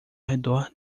redor